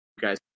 guys